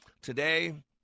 Today